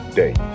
day